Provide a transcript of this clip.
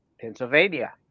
pennsylvania